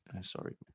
Sorry